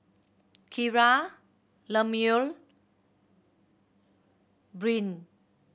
Kira Lemuel Brynn